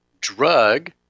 drug